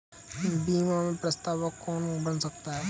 बीमा में प्रस्तावक कौन बन सकता है?